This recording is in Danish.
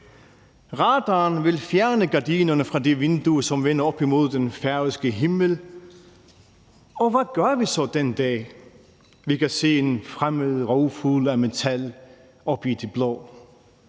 Radaren vil fjerne gardinerne fra det vindue, som vender op imod den færøske himmel, og hvad gør vi så, den dag vi kan se en fremmed rovfugl af metal oppe i det blå?